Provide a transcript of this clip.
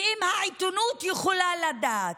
ואם העיתונות יכולה לדעת,